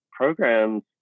programs